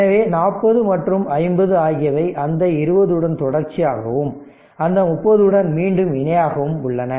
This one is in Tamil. எனவே 40 மற்றும் 50 ஆகியவை அந்த 20 உடன் தொடர்ச்சியாகவும் அந்த 30 உடன் மீண்டும் இணையாகவும் உள்ளன